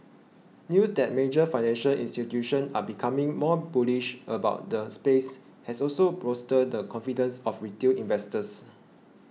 news that major financial institutions are becoming more bullish about the space has also bolstered the confidence of retail investors